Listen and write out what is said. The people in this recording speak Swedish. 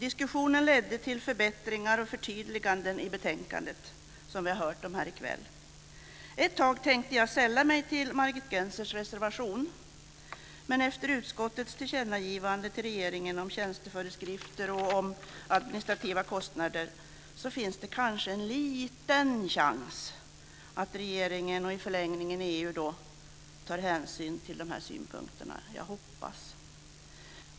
Diskussionen ledde till förbättringar och förtydliganden i betänkandet, som vi har hört om här i kväll. Ett tag tänkte jag sälla mig till Margit Gennsers reservation, men efter utskottets tillkännagivande till regeringen om tjänsteföreskrifter och om administrativa kostnader finns det kanske en liten chans att regeringen och i förlängningen EU tar hänsyn till dessa synpunkter. Jag hoppas det.